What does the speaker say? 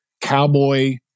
cowboy